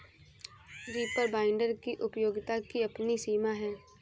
reaper binder की उपयोगिता की अपनी सीमा है